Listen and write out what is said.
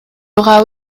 aura